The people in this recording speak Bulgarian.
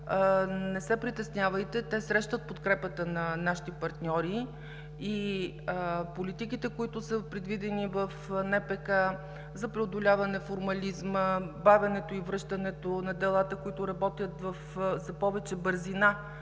не се притеснявайте, те срещат подкрепата на нашите партньори и политиките, които са предвидени в НПК за преодоляване на формализма, бавенето и връщането на делата, които работят за повече бързина